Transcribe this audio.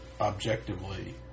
objectively